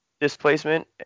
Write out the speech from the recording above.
displacement